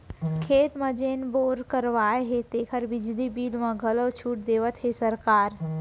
खेत म जेन बोर करवाए हे तेकर बिजली बिल म घलौ छूट देवत हे सरकार ह